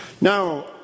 Now